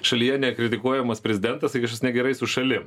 šalyje nekritikuojamas prezidentas tai kažkas negerai su šalim